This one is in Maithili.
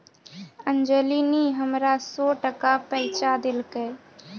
अंजली नी हमरा सौ टका पैंचा देलकै